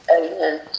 Amen